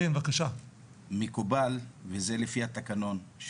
מקובל וזה לפי התקנון,